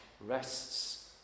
Rests